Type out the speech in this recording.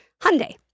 Hyundai